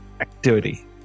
activity